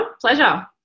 Pleasure